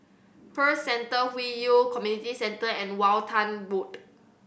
Pearl Centre Hwi Yoh Community Centre and Walton Road